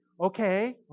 Okay